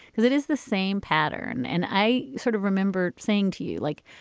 because it is the same pattern. and i sort of remember saying to you, like,